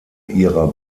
ihrer